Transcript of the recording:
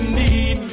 need